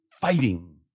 fighting